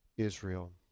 Israel